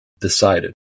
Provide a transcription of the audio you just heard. decided